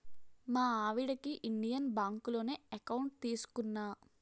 మా ఆవిడకి ఇండియన్ బాంకులోనే ఎకౌంట్ తీసుకున్నా